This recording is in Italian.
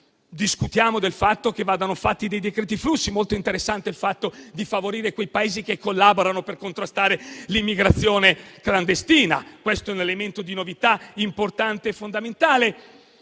Discutiamo del fatto che vadano fatti i decreti flussi. È molto interessante la proposta di favorire i Paesi che collaborano per contrastare l'immigrazione clandestina: questo è un elemento di novità importante e fondamentale.